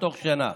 בתוך שנה.